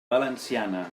valenciana